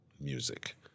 music